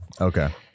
Okay